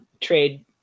trade